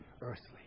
earthly